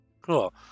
cool